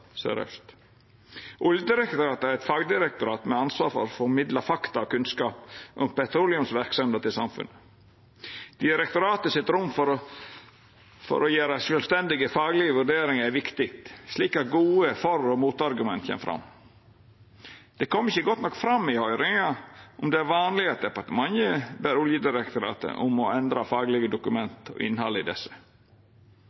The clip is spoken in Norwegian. søraust. Oljedirektoratet er eit fagdirektorat med ansvar for å formidla fakta og kunnskap om petroleumsverksemda til samfunnet. Direktoratet sitt rom for å gjera sjølvstendige faglege vurderingar er viktig, slik at gode argument for og imot kjem fram. Det kom ikkje godt nok fram i høyringa om det er vanleg at departementet ber Oljedirektoratet om å endra faglege